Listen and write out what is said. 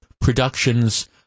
production's